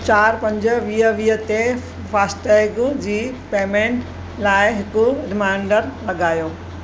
चार पंज वीह वीह ते फास्टैग जी पेमेंट लाइ हिकु रिमाइंडर लॻायो